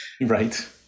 Right